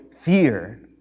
fear